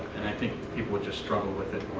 and i think people would just struggle with it